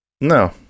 no